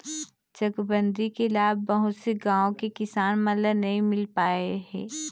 चकबंदी के लाभ बहुत से गाँव के किसान मन ल नइ मिल पाए हे